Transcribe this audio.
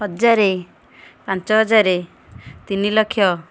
ହଜାରେ ପାଞ୍ଚ ହଜାର ତିନି ଲକ୍ଷ